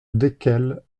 desquels